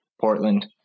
Portland